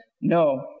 No